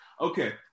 Okay